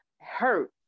hurt